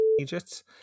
Egypt